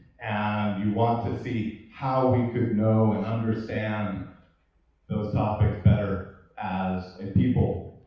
and you want to see how we could know and understand those topics better as a people,